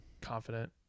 confident